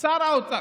עונָה.